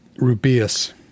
Rubius